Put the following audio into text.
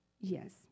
Yes